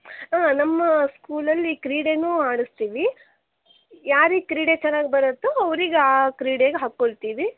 ಹಾಂ ನಮ್ಮ ಸ್ಕೂಲಲ್ಲಿ ಕ್ರೀಡೆಯೂ ಆಡಿಸ್ತೀವಿ ಯಾರಿಗೆ ಕ್ರೀಡೆ ಚೆನ್ನಾಗಿ ಬರುತ್ತೋ ಅವರಿಗೆ ಆ ಕ್ರೀಡೆಯಲ್ಲಿ ಹಾಕೊಳ್ತೀವಿ